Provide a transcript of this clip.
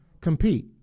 compete